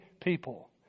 people